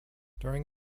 during